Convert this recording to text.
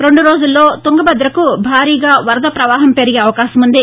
రెండురోజుల్లో తుంగభద్రకు భారీగా వరద పవాహం పెరిగే అవకాశం ఉంది